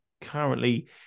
currently